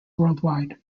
worldwide